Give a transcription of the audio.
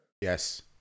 Yes